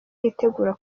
yitegura